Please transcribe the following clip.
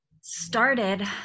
started